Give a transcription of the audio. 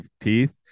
teeth